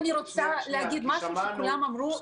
אני רוצה להגיד משהו שכולם אמרו,